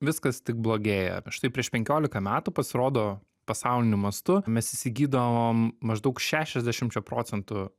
viskas tik blogėja štai prieš penkiolika metų pasirodo pasauliniu mastu mes įsigydavom maždaug šešiasdešimčia procentų